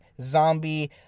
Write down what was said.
zombie